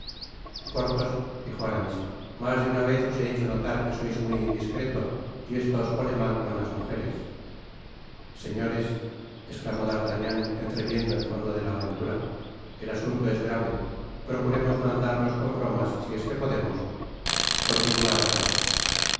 porthos dijo aramis mas de una vez os he hecho notar que sois muy indiscreto y esto os pone mal con las mugeres señores esclamó d'artagnan entreviendo el fondo de la aventura el asunto es grave procuremos no andarnos con bromas si es que podemos continuad aramis